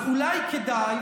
אז אולי כדאי,